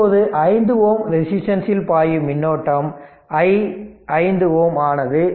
இப்போது 5 Ω ரெசிஸ்டன்ஸ் இல் பாயும் மின்னோட்டம் i5Ω ஆனது i1 i3 i5